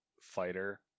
fighter